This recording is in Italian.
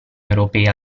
europea